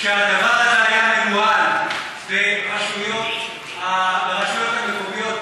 כשהדבר הזה היה מנוהל ברשויות המקומיות,